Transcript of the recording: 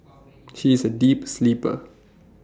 she is A deep sleeper